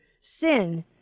Sin